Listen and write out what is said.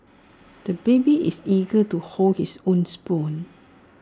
the baby is eager to hold his own spoon